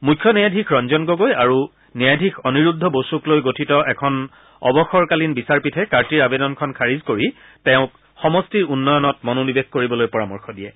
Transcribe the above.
মুখ্য ন্যায়াধীশ ৰঞ্জন গগৈ আৰু ন্যায়াধীশ অনিৰুদ্ধ বসুক লৈ গঠিত এখন অৱসৰকালীন বিচাৰপীঠে কাৰ্তিৰ আবেদনখন খাৰিজ কৰি তেওঁক সমষ্টিৰ উন্নয়নত মনোনিবেশ কৰিবলৈ পৰামৰ্শ দিয়ে